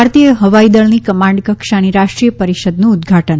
ભારતીય હવાઈદળની કમાન્ડર કક્ષાની રાષ્ટ્રીય પરિષદનું ઉદ્વાટન